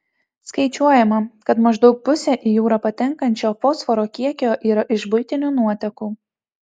skaičiuojama kad maždaug pusė į jūrą patenkančio fosforo kiekio yra iš buitinių nuotekų